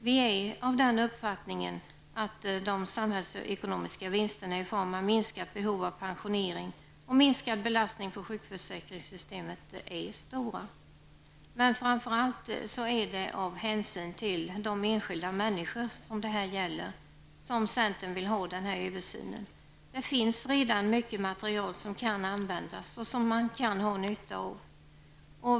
Vi är av den uppfattningen att de samhällsekonomiska vinsterna i form av minskat behov av pensionering och minskad belastning på sjukförsäkringssystemet är stora. Men framför allt är det av hänsyn till de enskilda människor det här gäller som centern vill ha en översyn. Det finns redan mycket material som kan användas och som man kan ha nytta av.